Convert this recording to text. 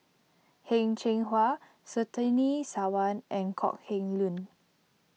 Heng Cheng Hwa Surtini Sarwan and Kok Heng Leun